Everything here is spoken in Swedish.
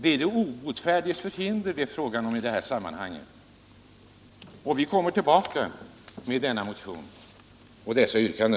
Det är här fråga om de obotfärdigas förhinder. Vi kommer tillbaka med detta motionsyrkande.